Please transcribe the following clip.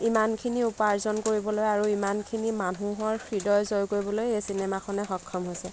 ইমানখিনি উপাৰ্জন কৰিবলৈ আৰু ইমানখিনি মানুহৰ হৃদয় জয় কৰিবলৈ এই চিনেমাখনে সক্ষম হৈছে